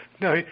no